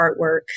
artwork